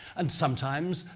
and sometimes,